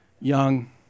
young